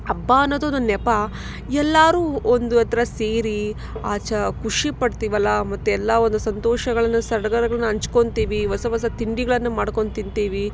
ಹಬ್ಬ ಅನ್ನೋದೊಂದು ನೆಪ ಎಲ್ಲರು ಒಂದು ಹತ್ತಿರ ಸೇರಿ ಆಚೆ ಖುಷಿಪಡ್ತೀವಲ್ಲ ಮತ್ತು ಎಲ್ಲ ಒಂದು ಸಂತೋಷಗಳನ್ನು ಸಡ್ಗರಗಳನ್ನ ಹಂಚ್ಕೋತಿವಿ ಹೊಸ ಹೊಸ ತಿಂಡಿಗಳನ್ನು ಮಾಡ್ಕೊಂತಿಂತೀವಿ